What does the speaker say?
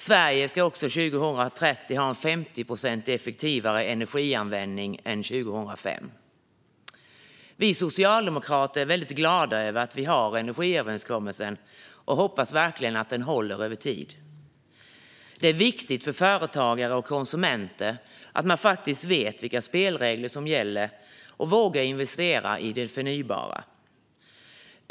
Sverige ska också 2030 ha en 50 procent effektivare energianvändning än 2005. Vi socialdemokrater är väldigt glada över energiöverenskommelsen, och vi hoppas verkligen att den håller över tid. Det är viktigt för företagare och konsumenter att faktiskt veta vilka spelregler som gäller så att man vågar investera i det förnybara.